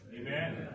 Amen